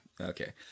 Okay